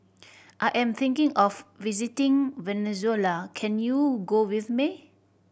I am thinking of visiting Venezuela can you go with me